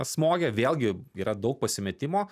smogė vėlgi yra daug pasimetimo